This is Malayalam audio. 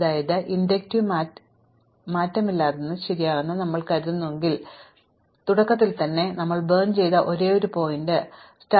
അതിനാൽ ഈ ഇൻഡക്റ്റീവ് മാറ്റമില്ലാത്തത് ശരിയാണെന്ന് ഞങ്ങൾ കരുതുന്നുവെങ്കിൽ ഇപ്പോൾ ഇത് തുടക്കത്തിൽ തന്നെ ശരിയാണ് കാരണം തുടക്കത്തിൽ തന്നെ ഞങ്ങൾ കത്തിച്ച ഒരേയൊരു ശീർഷകം ആരംഭ വെർട്ടെക്സ് ആണ് ശരിയാണ്